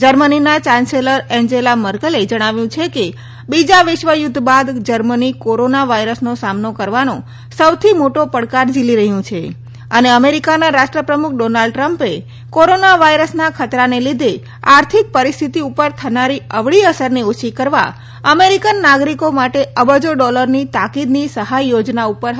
જર્મનીના chancellor Angela માર્કેલે જણાવ્યું છે કે બીજા વિશ્વ યુધ્ધ બાદ જર્મની કોરોના વાયરસનો સામનો કરવાનો સૌથી મોટો પડકાર ઝીલી રહ્યું છે અમેરિકાના રાષ્ટ્રપ્રમુખ ડોનાલ્ડ ટ્રમ્પે કોરોના વાયરસના ખતરાના લીધે આર્થિક પરિસ્થિતિ ઉપર થનારી અવળી અસરને ઓછી કરવા અમેરિકન નાગરિકો માટે અબજો ડોલરની તાકીદની સહાય યોજના ઉપર હસ્તાક્ષર કર્યા છે